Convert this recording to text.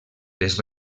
les